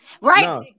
Right